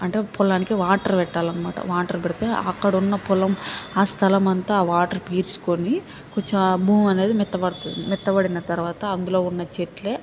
అంటే పొలానికి వాటర్ పెట్టాలనమాట వాటర్ పెడితే అక్కడున్న పొలం ఆ స్థలం అంతా ఆ వాటర్ పీల్చుకుని కొంచెం ఆ భూమి అన్నది మెత్తబడుతుంది మెత్తబడిన తర్వాత అందులో ఉన్న చెట్లే